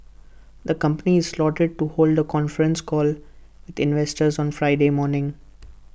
the company is slated to hold A conference call investors on Friday morning